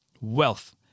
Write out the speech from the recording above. wealth